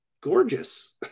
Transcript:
gorgeous